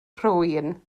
nhrwyn